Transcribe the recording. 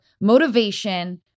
motivation